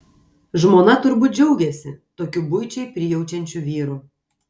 žmona turbūt džiaugiasi tokiu buičiai prijaučiančiu vyru